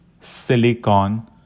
silicon